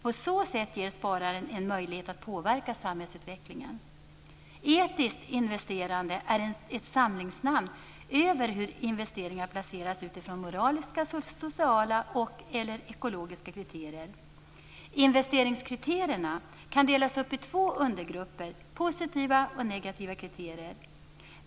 På så sätt ges spararen en möjlighet att påverka samhällsutvecklingen. Etiskt investerande är ett samlingsnamn avseende hur investeringar placeras utifrån moraliska, sociala och/eller ekologiska kriterier. Investeringskriterierna kan delas upp i två undergrupper: positiva respektive negativa kriterier.